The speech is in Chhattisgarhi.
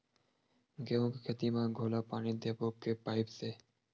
गेहूं के खेती म घोला पानी देबो के पाइप से?